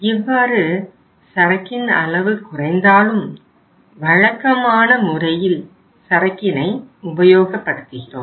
இவ்வாறு சரக்கின் அளவு குறைந்தாலும் வழக்கமான முறையில் சரக்கினை உபயோகப்படுத்துகிறோம்